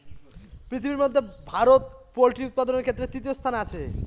পৃথিবীর মধ্যে ভারত পোল্ট্রি উৎপাদনের ক্ষেত্রে তৃতীয় স্থানে আছে